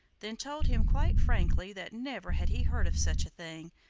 then told him quite frankly that never had he heard of such a thing,